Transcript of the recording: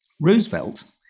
Roosevelt